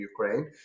Ukraine